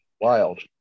wild